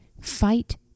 Fight